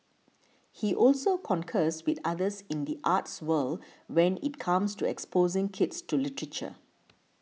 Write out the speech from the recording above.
he also concurs with others in the arts world when it comes to exposing kids to literature